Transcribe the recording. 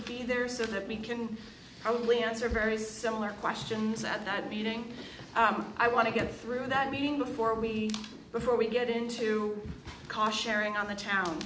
be there so that we can probably answer very similar questions at that meeting i want to get through that meeting before we before we get into cautionary on the town